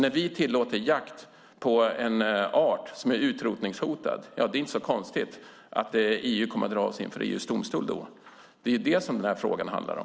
När vi tillåter jakt på en art som är utrotningshotad är det inte konstigt att EU kommer att dra oss inför EU:s domstol. Det är det som den här frågan handlar om.